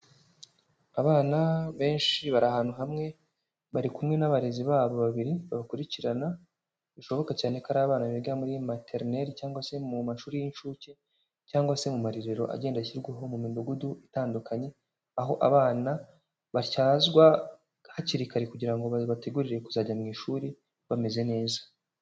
Abana benshi bari ahantu hamwe, bari kumwe n'abarezi babo babiri babakurikirana, bishoboka cyane ko ari abana biga muri materineri cyangwa se mu mashuri y'incuke, cyangwa se mu marerero agenda ashyirwaho mu midugudu itandukanye, aho abana batyazwa hakiri kare kugira ngo bibategurire kuzajya mu ishuri bameze neza.